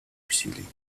усилий